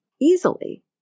easily